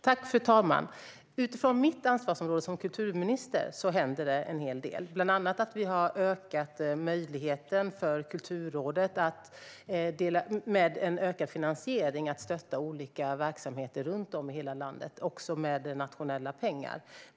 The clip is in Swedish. Fru talman! Utifrån mitt ansvarsområde som kulturminister händer det en hel del. Bland annat har vi ökat möjligheten för Kulturrådet att med utökad finansiering stötta olika verksamheter runt om i hela landet, också med nationella pengar.